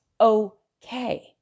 okay